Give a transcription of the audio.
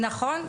נכון,